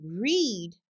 read